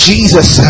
Jesus